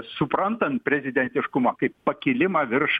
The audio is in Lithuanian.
suprantant prezidentiškumą kaip pakilimą virš